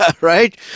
right